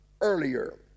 earlier